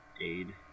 aid